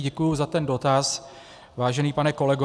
Děkuji za ten dotaz, vážený pane kolego.